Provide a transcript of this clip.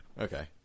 Okay